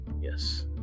yes